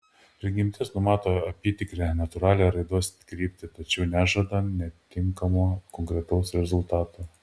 prigimtis numato apytikrę natūralią raidos kryptį tačiau nežada nekintamo konkretaus rezultato